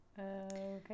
Okay